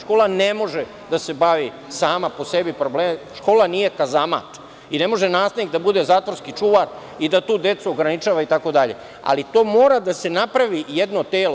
Škola ne može da se bavi sama po sebi tim problemima, škola nije kazamat i ne može nastavnik da bude zatvorski čuvar i da tu decu ograničava itd, ali mora da se napravi jedno telo.